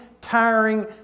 tiring